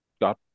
got